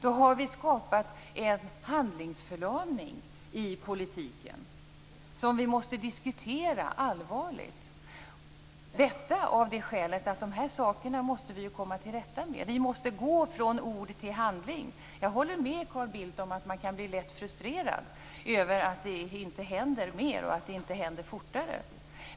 Vi har skapat en handlingsförlamning i politiken som vi allvarligt måste diskutera av det skälet att vi måste komma till rätta med det. Vi måste gå från ord till handling. Jag håller med Carl Bildt om att man kan bli lätt frustrerad över att det inte händer mer och att det inte händer fortare.